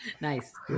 Nice